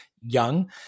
young